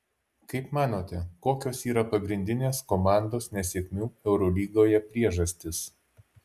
kaip manote kokios yra pagrindinės komandos nesėkmių eurolygoje priežastys